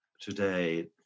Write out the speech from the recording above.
today